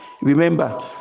Remember